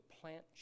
plant